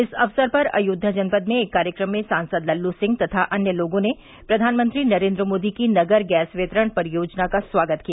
इस अवसर पर अयोध्या जनपद में एक कार्यक्रम में सांसद लल्लू सिंह तथा अन्य लोगों ने प्रधानमंत्री नरेन्द्र मोदी की नगर गैस वितरण परियोजना का स्वागत किया